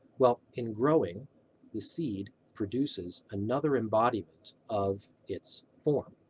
well, in growing the seed produces another embodiment of its form,